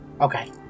Okay